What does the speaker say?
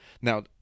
Now